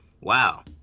wow